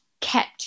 kept